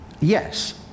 yes